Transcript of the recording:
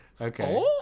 Okay